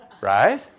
right